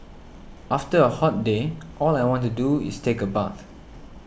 after a hot day all I want to do is take a bath